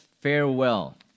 farewell